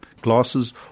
glasses